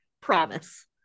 Promise